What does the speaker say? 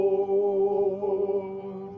Lord